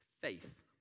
Faith